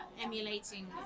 emulating